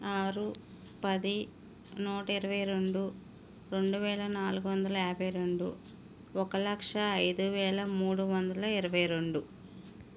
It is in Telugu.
ఆరు పది నూట ఇరవై రెండు రెండు వేల నాలుగు వందల యాభై రెండు ఒక లక్షా ఐదు వేల మూడు వందల ఇరవై రెండు